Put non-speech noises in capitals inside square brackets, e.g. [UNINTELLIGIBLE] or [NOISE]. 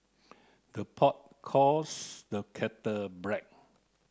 the pot calls the kettle [UNINTELLIGIBLE]